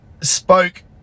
spoke